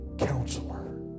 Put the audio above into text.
Counselor